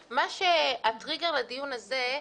הטריגר לדיון הזה,